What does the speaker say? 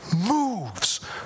moves